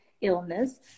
illness